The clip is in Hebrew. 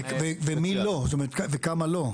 וכמה לא.